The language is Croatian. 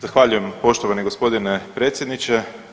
Zahvaljujem poštovani gospodine predsjedniče.